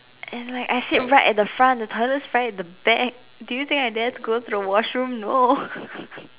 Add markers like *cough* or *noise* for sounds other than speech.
and like I sit right at the front the toilet is right at the back do you think I dare to go to the washroom no *laughs*